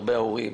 הרבה הורים